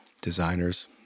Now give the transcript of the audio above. designers